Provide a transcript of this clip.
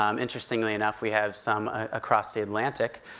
um interestingly enough, we have some across the atlantic.